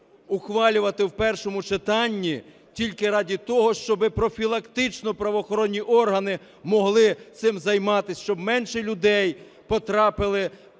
ухвалювати в першому читанні тільки раді того, щоб профілактично правоохоронні органи могли цим займатись, щоб менше людей потрапили,